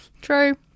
True